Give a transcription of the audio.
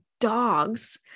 dogs